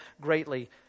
greatly